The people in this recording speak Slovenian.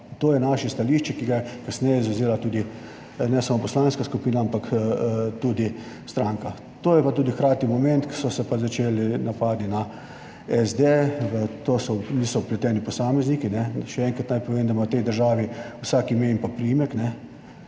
To je naše stališče, ki ga je kasneje zavzela tudi ne samo poslanska skupina, ampak tudi stranka. To je pa tudi hkrati moment, ko so se pa začeli napadi na SD. V to niso vpleteni posamezniki. Še enkrat naj povem, da ima v tej državi vsak ime in priimek,